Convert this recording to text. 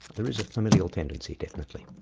there is a familial tendency definitely.